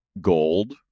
gold